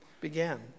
began